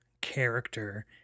character